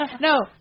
No